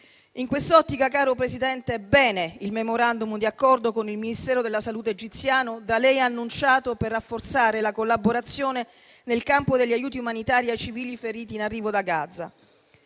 In quest'ottica, caro Presidente, va bene il *memorandum* di accordo con il Ministero della salute egiziano da lei annunciato per rafforzare la collaborazione nel campo degli aiuti umanitari ai civili feriti in arrivo da Gaza.